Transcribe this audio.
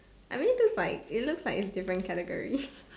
I mean its like it looks like its different category